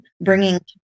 bringing